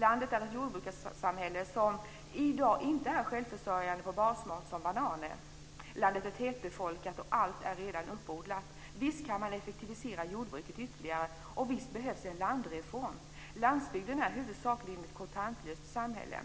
Landet är ett jordbrukarsamhälle som i dag inte är självförsörjande på basmat som t.ex. bananer. Landet är tätbefolkat, och all jord är redan uppodlad. Visst går det att effektivisera jordbruket ytterligare, och visst behövs en landreform. Landsbygden är huvudsakligen ett kontantlöst samhälle.